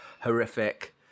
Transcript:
horrific